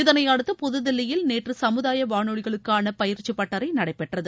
இதனையடுத்து புதுதில்லியில் நேற்று சமுதாய வானொலிகளுக்கான பயிற்சி பட்டறை நடைபெற்றது